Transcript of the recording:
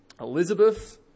Elizabeth